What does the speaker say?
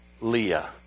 Leah